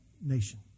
nation